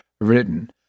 written